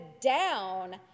down